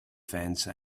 fence